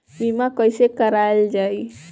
बीमा कैसे कराएल जाइ?